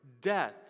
death